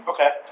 Okay